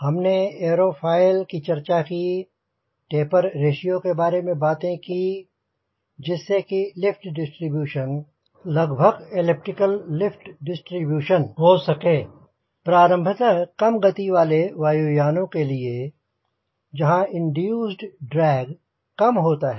हमने एरोफाइल की चर्चा की टेपर रेश्यो के बारे में बातें की जिससे कि लिफ्ट डिस्ट्रीब्यूशन लगभग एलिप्टिकल लिफ्ट डिस्ट्रीब्यूशन हो सके प्रारंभतः कम गति वाले वायुयानों के लिए जहाँ इंड्यूस्ड ड्रैग कम होता है